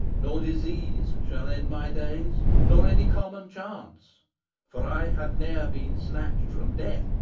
nor disease shall end my days, nor any common chance for i had ne'er been snatched from death,